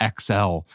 XL